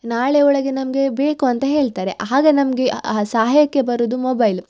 ನಾಳೆ ಒಳಗೆ ನಮಗೆ ಬೇಕು ಅಂತ ಹೇಳ್ತಾರೆ ಆಗ ನಮಗೆ ಸಹಾಯಕ್ಕೆ ಬರೋದು ಮೊಬೈಲು